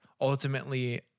ultimately